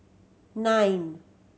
nine